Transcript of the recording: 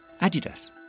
Adidas